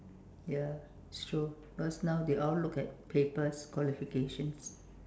ya it's true cause now they all look at papers qualification